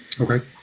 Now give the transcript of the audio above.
Okay